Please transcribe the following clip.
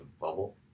bubble